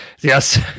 Yes